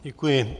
Děkuji.